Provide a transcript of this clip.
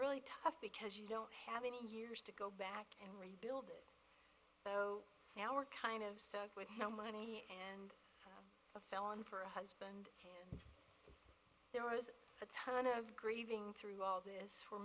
really tough because you don't have any years to go back and rebuild so now we're kind of stuck with no money and a felon for a husband and there was a ton of grieving through all this for